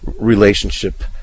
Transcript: relationship